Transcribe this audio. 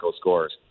scores